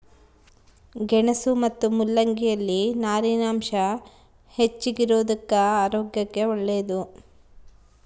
ಗೆಣಸು ಮತ್ತು ಮುಲ್ಲಂಗಿ ಯಲ್ಲಿ ನಾರಿನಾಂಶ ಹೆಚ್ಚಿಗಿರೋದುಕ್ಕ ಆರೋಗ್ಯಕ್ಕೆ ಒಳ್ಳೇದು